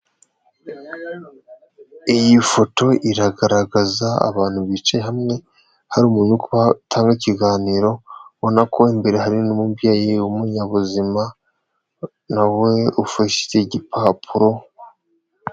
Iyi foto iragaragaza abantu bicaye hamwe hari umuntu utanga ikiganiro ubona ko imbere hariini umubyeyi w'umuyabuzima nawe ufashe igipapuro.